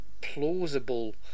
plausible